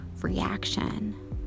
reaction